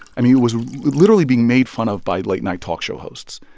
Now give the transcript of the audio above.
i mean, it was literally being made fun of by late-night talk show hosts.